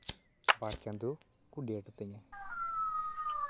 ᱵᱟᱨ ᱪᱟᱸᱫᱚ ᱠᱚ ᱰᱮᱴᱟᱫᱤᱧᱟ